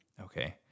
okay